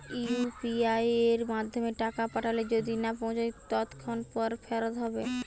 UPI য়ের মাধ্যমে টাকা পাঠালে যদি না পৌছায় কতক্ষন পর ফেরত হবে?